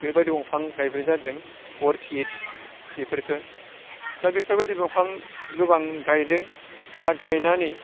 बेफोर बायदि दंफां गायबोनाय जादों अरकिद्स बेफोरखौ दा बेफोरबायदि दंफां गोबां गायदों बा गायनानै